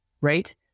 right